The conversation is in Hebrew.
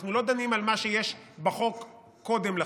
אנחנו לא דנים על מה שיש בחוק קודם לכן,